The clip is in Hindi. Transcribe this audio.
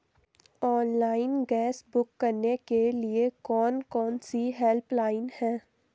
ऑनलाइन गैस बुक करने के लिए कौन कौनसी हेल्पलाइन हैं?